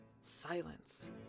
silence